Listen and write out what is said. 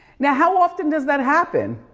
now, how often does that happen?